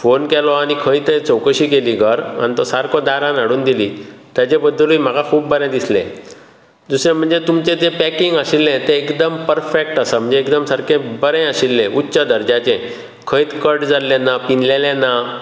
phone केलो आनी खंय तें चवकशी केली घर आनी तो सारको दारांत हाडून दिली ताचे बद्दलूय म्हाका खूब बरें दिसलें दुसरें म्हणजे तुमचें जें पैकींग आशिल्लें तें एकदम पर्फेक्ट आसा म्हणजे एकदम सारकें बरें आशिल्लें उच्च दर्ज्याचें खंयच कट जाल्लें ना पिंजलेलें ना